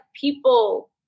people